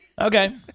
Okay